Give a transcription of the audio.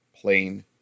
plain